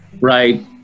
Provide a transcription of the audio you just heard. right